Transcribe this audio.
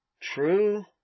true